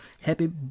happy